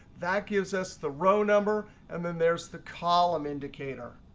that gives us the row number. and then there's the column indicator.